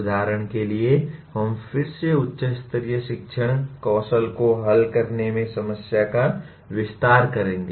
उदाहरण के लिए हम फिर से उच्च स्तरीय शिक्षण कौशल को हल करने में समस्या का विस्तार करेंगे